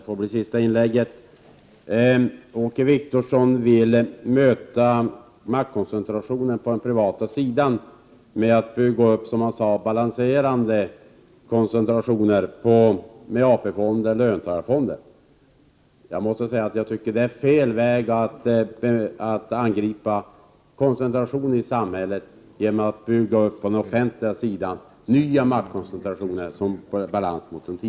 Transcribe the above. Herr talman! Åke Wictorsson vill möta maktkoncentrationen på den privata sidan med att bygga upp, som han sade, balanserande koncentrationer med AP-fonder och löntagarfonder. Jag måste säga att jag tycker det är fel väg att angripa koncentrationer i samhället genom att på den offentliga sidan bygga upp nya maktkoncentrationer.